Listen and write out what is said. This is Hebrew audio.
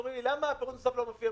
אומרים לי: למה הפירוט הנוסף לא מופיע,